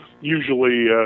usually